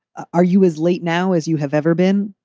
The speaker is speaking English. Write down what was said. are you as late now as you have ever been?